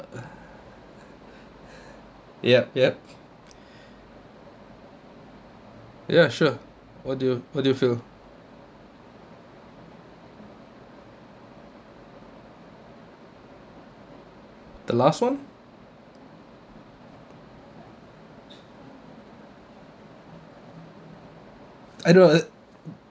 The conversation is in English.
yup yup ya sure what do what do you feel the last one I don't know